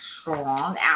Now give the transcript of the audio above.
strong